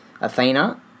Athena